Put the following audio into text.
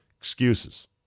Excuses